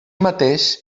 mateix